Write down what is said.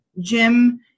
Jim